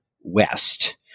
West